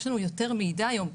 יש לנו יותר מידע היום,